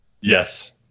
Yes